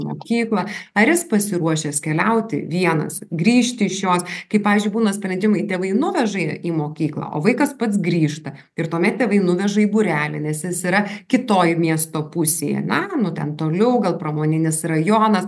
mokyklą ar jis pasiruošęs keliauti vienas grįžti iš jos kai pavyzdžiui būna sprendimai tėvai nuveža į į mokyklą o vaikas pats grįžta ir tuomet tėvai nuveža į būrelį nes jis yra kitoj miesto pusėj ane ten toliau gal pramoninis rajonas